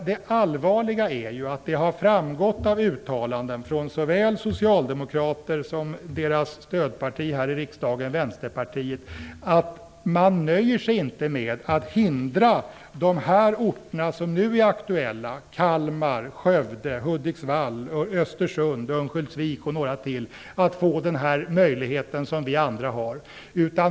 Det allvarliga är att det har framgått av uttalanden från såväl socialdemokrater som deras stödparti här i riksdagen Vänsterpartiet, att man inte nöjer sig med att hindra de orter som nu är aktuella - Kalmar, Skövde, Hudiksvall, Östersund, Örnsköldsvik och några till - från att få den möjlighet vi andra har.